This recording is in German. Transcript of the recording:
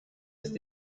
ist